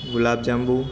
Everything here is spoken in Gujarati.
ગુલાબ જાંબુ